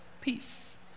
peace